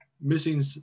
missing